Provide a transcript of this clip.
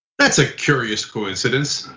that's a curious coincidence.